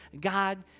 God